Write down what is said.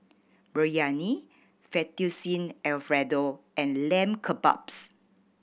Biryani Fettuccine Alfredo and Lamb Kebabs